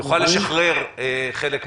יוכל לשחרר חלק מזה.